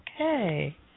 okay